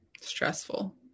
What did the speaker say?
Stressful